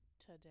today